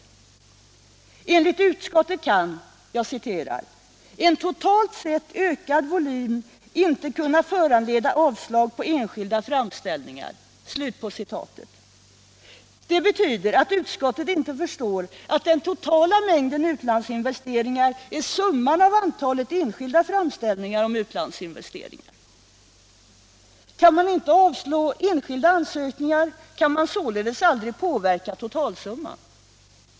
Det står i utskottets betänkande att ”en totalt sett ökad volym i sig inte kan föranleda avslag på enskilda framställningar”. Detta betyder att utskottet inte förstår att den totala mängden utlandsinvesteringar är summan av antalet enskilda framställningar om utlandsinvesteringar. Kan man inte avslå enskilda ansökningar kan man således aldrig påverka totalsumman.